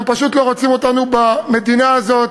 הם פשוט לא רוצים אותנו במדינה הזאת,